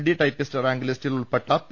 D typist rank ലിസ്റ്റിൽ ഉൾപ്പെട്ട P